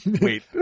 Wait